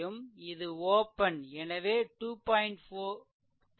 இது ஓப்பன் எனவே 2